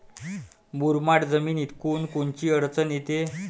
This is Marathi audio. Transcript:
मुरमाड जमीनीत कोनकोनची अडचन येते?